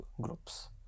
groups